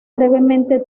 brevemente